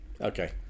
Okay